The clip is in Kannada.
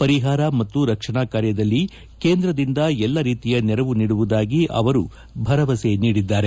ಪರಿಹಾರ ಮತ್ತು ರಕ್ಷಣಾ ಕಾರ್ಯದಲ್ಲಿ ಕೇಂದ್ರದಿಂದ ಎಲ್ಲ ರೀತಿಯ ನೆರವು ನೀಡುವುದಾಗಿ ಅವರು ಭರವಸೆ ನೀಡಿದ್ದಾರೆ